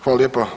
Hvala lijepa.